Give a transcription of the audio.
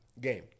game